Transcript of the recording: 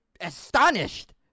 astonished